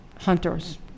Hunter's